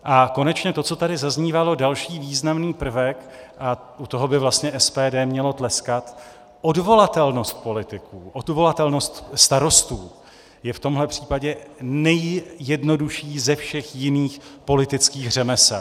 A konečně to, co tady zaznívalo, další významný prvek a u toho by vlastně SPD mělo tleskat odvolatelnost politiků, odvolatelnost starostů je v tomhle případě nejjednodušší ze všech jiných politických řemesel.